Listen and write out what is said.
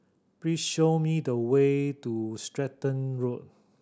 please show me the way to Stratton Road